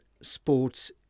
Sports